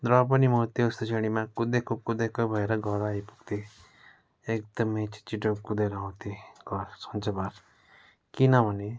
र पनि म त्यस्तो सिँढीमा कुदेको कुदेकै भएर घर आइपुग्थेँ एकदमै छिटो छिटो कुदेर आउथेँ घर सन्चबार किनभने